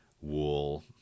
wool